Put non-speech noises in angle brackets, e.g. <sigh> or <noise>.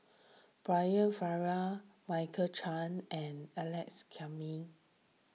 Brian Farrell Michael Chiang and Alex <unintelligible>